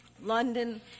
London